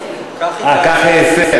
כך אעשה.